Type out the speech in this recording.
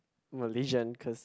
Malaysian cause